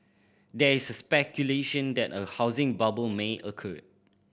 there is speculation that a housing bubble may occur